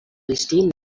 distint